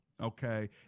okay